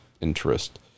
interest